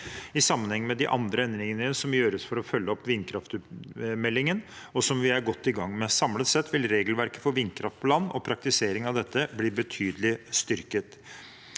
i sammenheng med de andre endringene som gjøres for å følge opp vindkraftmeldingen, og som vi er godt i gang med. Samlet sett vil regelverket for vindkraft på land og praktisering av dette blir betydelig styrket.